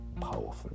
powerful